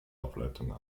ableitung